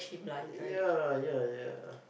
ya ya ya